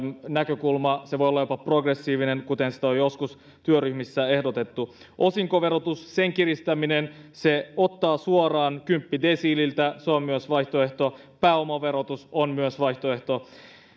näkökulma se voi olla jopa progressiivinen kuten sitä on joskus työryhmissä ehdotettu osinkoverotuksen kiristäminen ottaa suoraan kymppidesiililtä se on myös vaihtoehto pääomaverotus on myös vaihtoehto